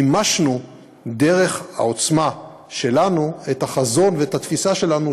מימשנו דרך העוצמה שלנו את החזון ואת התפיסה שלנו,